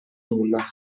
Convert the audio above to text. nulla